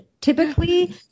Typically